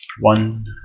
One